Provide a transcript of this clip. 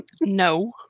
No